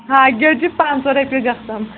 ہاکھٕ گیٚڈ چھِ پَنٛژاہ رۄپیہِ گژھان